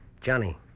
Johnny